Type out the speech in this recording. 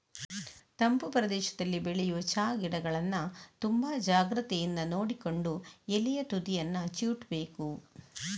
ತಂಪು ಪ್ರದೇಶದಲ್ಲಿ ಬೆಳೆಯುವ ಚಾ ಗಿಡಗಳನ್ನ ತುಂಬಾ ಜಾಗ್ರತೆಯಿಂದ ನೋಡಿಕೊಂಡು ಎಲೆಯ ತುದಿಯನ್ನ ಚಿವುಟ್ಬೇಕು